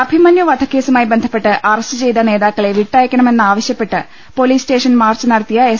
അഭിമന്യു വധക്കേസുമായി ബന്ധപ്പെട്ട് അറസ്റ്റ് ചെയ്ത നേതാക്കളെ വിട്ടയ്ക്കണമെന്നാവശ്യപ്പെട്ട് പൊലീസ് സ്റ്റേഷൻ മാർച്ച് നടത്തിയ എസ്